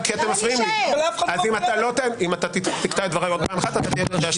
אם לא תפריעו לי, אני אדבר.